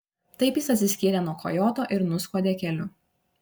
taip jis atsiskyrė nuo kojoto ir nuskuodė keliu